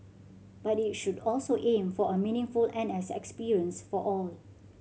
but it should also aim for a meaningful N S experience for all